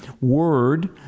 word